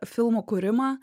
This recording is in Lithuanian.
filmų kūrimą